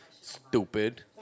Stupid